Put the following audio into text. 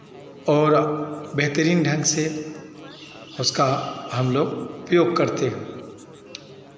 और बेहतरीन ढंग से उसका हम लोग प्रयोग करते हैं